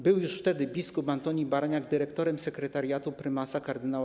Był już wtedy bp Antoni Baraniak dyrektorem sekretariatu prymasa kard.